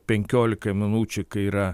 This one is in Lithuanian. penkiolika minučių kai yra